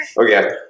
Okay